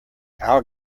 our